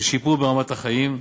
לשיפור ברמת החיים,